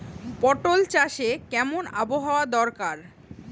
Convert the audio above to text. পটল চাষে কেমন আবহাওয়া দরকার?